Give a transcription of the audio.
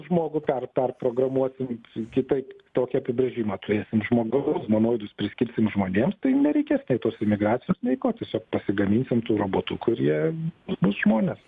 žmogų per perprogramuosim kitaip tokį apibrėžimą turėsim žmogaus humanoidus priskirsim žmonėms tai ir nereikės tos emigracijos laiko tiesiog pasigaminsim tų robotukų ir jie bus žmonės